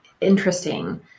interesting